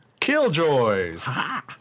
Killjoys